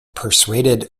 persuaded